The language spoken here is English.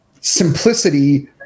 simplicity